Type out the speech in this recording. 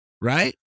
Right